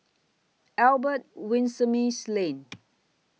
Albert Winsemius Lane